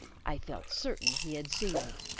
i felt certain he had seen me,